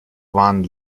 waren